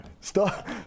Stop